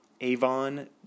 Avon